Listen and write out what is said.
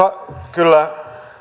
kyllä